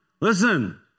Listen